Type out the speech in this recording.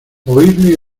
oírle